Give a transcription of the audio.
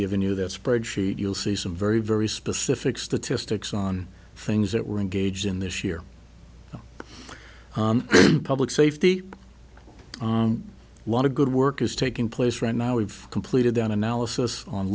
given you that spreadsheet you'll see some very very specific statistics on things that we're engaged in this year for public safety on a lot of good work is taking place right now we've completed an analysis on